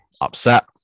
upset